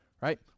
right